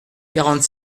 quarante